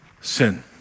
sin